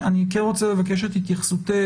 אני כן רוצה לבקש את התייחסותך,